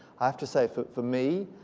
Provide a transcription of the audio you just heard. i have to say for for me,